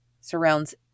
surrounds